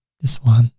this one,